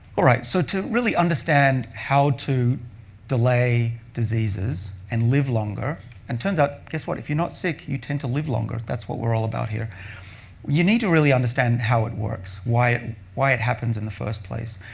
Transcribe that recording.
all right, so to really understand how to delay diseases and live longer and turns out, guess what, if you're not sick, you tend to live longer, that's what we're all about here you need to really understand how it works, why it why it happens in the first place.